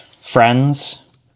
friends